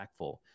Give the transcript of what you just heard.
impactful